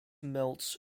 melts